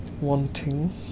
wanting